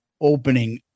opening